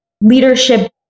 leadership